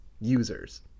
users